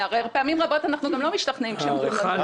פעמים רבות הרי אנחנו גם לא משתכנעים כשאומרים לנו.